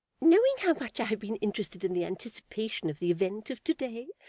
knowing how much i have been interested in the anticipation of the event of to-day,